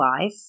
life